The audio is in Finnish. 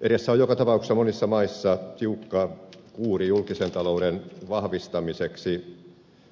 edessä on joka tapauksessa monissa maissa tiukka kuuri julkisen talouden vahvistamiseksi